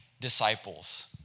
disciples